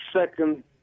second